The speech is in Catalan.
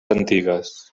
antigues